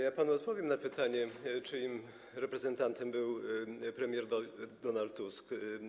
Ja panu odpowiem na pytanie, czyim reprezentantem był premier Donald Tusk.